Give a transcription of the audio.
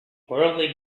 worldly